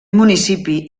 municipi